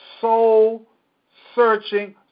soul-searching